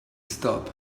stop